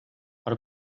per